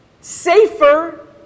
safer